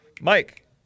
Mike